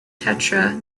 tetra